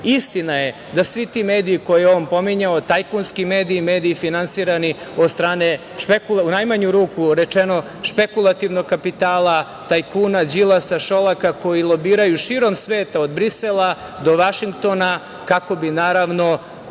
istina. Istina je da svi ti mediji koje je on pominjao, tajkunski mediji, mediji finansirani od strane, u najmanju ruku rečeno, špekulativnog kapitala tajkuna Đilasa, Šolaka koji lobiraju širom sveta, od Brisela do Vašingtona kako bi naravno